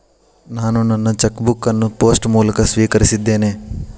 ನಾನು ನನ್ನ cheque book ಅನ್ನು ಪೋಸ್ಟ್ ಮೂಲಕ ಸ್ವೀಕರಿಸಿದ್ದೇನೆ